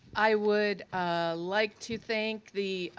i would like to thank the